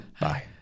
Bye